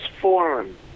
forum